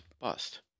bust